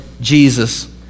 Jesus